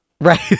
Right